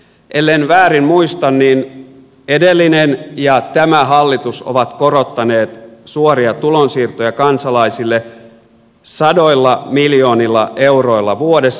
ellen väärin muista niin edellinen ja tämä hallitus ovat korottaneet suoria tulonsiirtoja kansalaisille sadoilla miljoonilla euroilla vuodessa